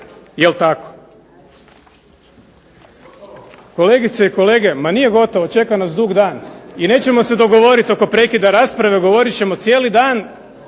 se ne razumije./… Ma nije gotovo, čeka nas dug dan i nećemo se dogovoriti oko prekida rasprave, govorit ćemo cijeli dan